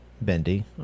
bendy